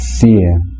fear